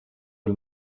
del